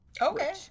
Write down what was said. Okay